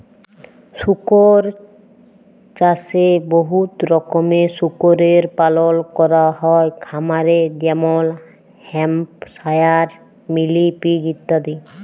শুকর চাষে বহুত রকমের শুকরের পালল ক্যরা হ্যয় খামারে যেমল হ্যাম্পশায়ার, মিলি পিগ ইত্যাদি